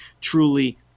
truly